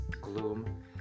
gloom